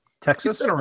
texas